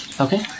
Okay